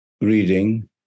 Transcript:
reading